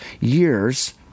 years